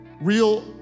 Real